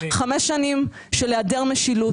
חמש שנים של היעדר משילות.